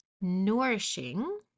nourishing